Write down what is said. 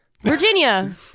Virginia